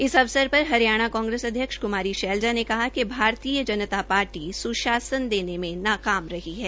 इस अवसर पर हरियाणा कांग्रेस अध्यक्ष कुमारी शैलजा ने कहा कि भारतीय जनता पार्टी सुशासन देने में नाकाम रही है